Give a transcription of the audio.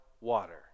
water